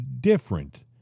different